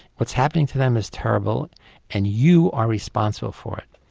what's happening to them is terrible and you are responsible for it.